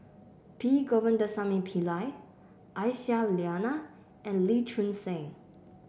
P Govindasamy Pillai Aisyah Lyana and Lee Choon Seng